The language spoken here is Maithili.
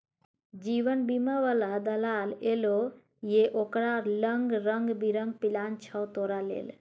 जीवन बीमा बला दलाल एलौ ये ओकरा लंग रंग बिरंग पिलान छौ तोरा लेल